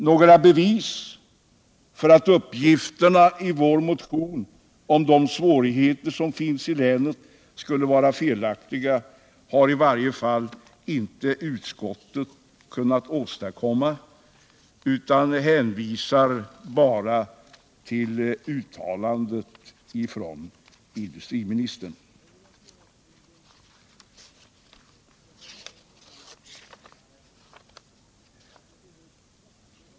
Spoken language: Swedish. Några bevis för att uppgifterna i vår motion om de svårigheter som finns i länet skulle vara felaktiga har i varje fall inte utskottet kunnat åstadkomma, utan man hänvisar bara till uttalandet av industriministern.